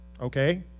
Okay